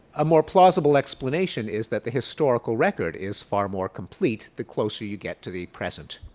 a more plausible explanation is that the historical record is far more complete the closer you get to the present.